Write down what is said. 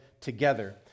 together